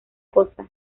cosa